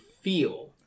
feel